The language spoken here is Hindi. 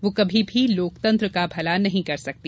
वह कभी भी लोकतंत्र का भला नहीं कर सकती